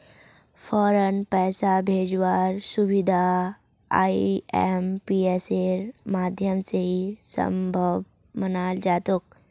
फौरन पैसा भेजवार सुबिधा आईएमपीएसेर माध्यम से ही सम्भब मनाल जातोक